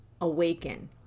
awaken